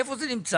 איפה זה נמצא.